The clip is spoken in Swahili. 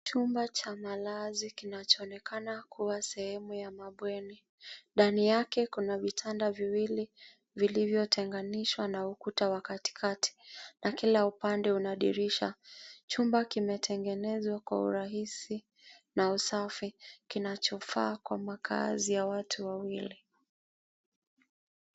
Chumba cha malazi kinachoonekana kuwa sehemu ya mabweni. Ndani yake kuna vitanda viwili vilivyotenganishwa na ukuta wa katikati na kila upande una dirisha. Chumba kimetengenezwa kwa urahisi na usafi kinachofaa kwa makazi ya watu wawili.